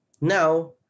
now